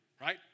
Right